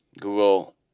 Google